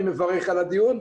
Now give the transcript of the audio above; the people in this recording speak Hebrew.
אני מברך על הדיון.